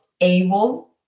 able